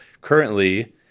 currently